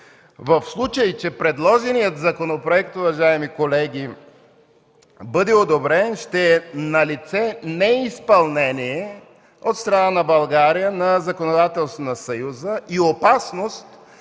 В случай че предложеният законопроект, уважаеми колеги, бъде одобрен, ще е налице неизпълнение от страна на България на законодателството на съюза и опасност